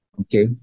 okay